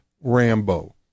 Rambo